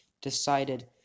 decided